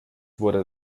wurde